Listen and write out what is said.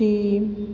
team